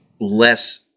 less